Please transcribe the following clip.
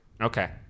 Okay